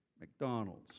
McDonald's